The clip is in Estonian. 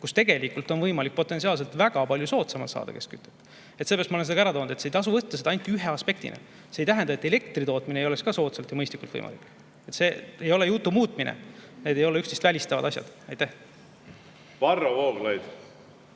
element, kus on võimalik potentsiaalselt väga palju soodsamalt saada keskkütet. Sellepärast ma olen seda ka esile toonud. Ei tasu võtta seda ainult ühe aspektina. See ei tähenda, et elektri tootmine ei oleks ka soodsalt ja mõistlikult võimalik. See ei ole jutu muutmine, need ei ole üksteist välistavad asjad. Varro Vooglaid.